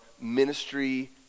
ministry